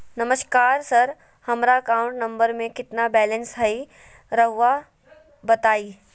नमस्कार सर हमरा account number में कितना बैलेंस हेई राहुर बताई?